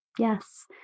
Yes